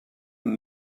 amb